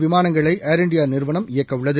விமானங்களை Air India நிறுவனம் இயக்கவுள்ளது